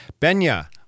Benya